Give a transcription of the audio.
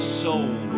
soul